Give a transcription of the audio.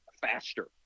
faster